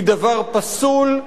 היא דבר פסול,